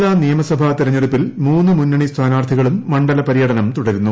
പാലാ നിയമസഭാ ്തിർഞ്ഞെടുപ്പിൽ മൂന്ന് മുന്നണി ന് സ്ഥാനാർത്ഥികളുട്ട് മണ്ഡല പര്യടനം തുടരുന്നു